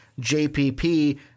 JPP